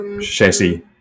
chassis